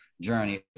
journey